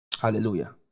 hallelujah